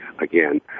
Again